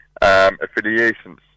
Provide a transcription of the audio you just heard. affiliations